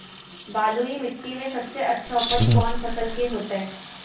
बलुई मिट्टी में सबसे अच्छा उपज कौन फसल के होतय?